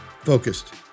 Focused